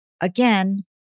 Again